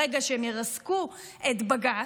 ברגע שהם ירסקו את בג"ץ,